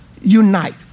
unite